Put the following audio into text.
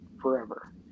forever